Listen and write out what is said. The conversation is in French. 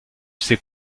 ses